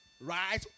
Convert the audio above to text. Right